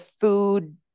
food